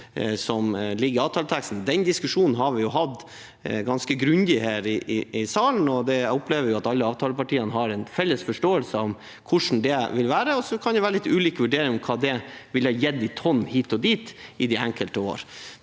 Den diskusjonen har vi hatt ganske grundig her i salen. Jeg opplever at alle avtalepartiene har en felles forståelse av hvordan det vil være, og så kan det være litt ulike vurderinger av hva det ville ha gitt i tonn hit og dit de enkelte år.